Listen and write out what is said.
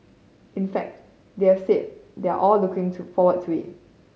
in fact they are said they are all looking to forward to it